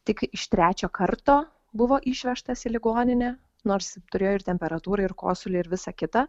tik iš trečio karto buvo išvežtas į ligoninę nors turėjo ir temperatūrą ir kosulį ir visą kitą